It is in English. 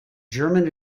german